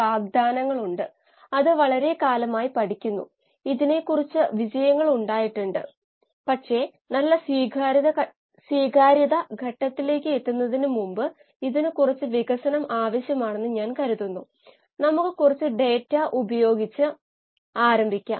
പ്രശ്നം വായിക്കുന്നു ഇനിപ്പറയുന്ന ഡാറ്റ KLa കണ്ടുപിടിക്കാൻ വേണ്ടിയുള്ളതാണ്